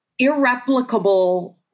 irreplicable